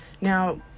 Now